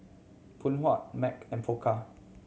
Phoon Huat Mac and Pokka